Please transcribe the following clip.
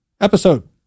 episode